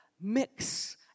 mix